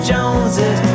Joneses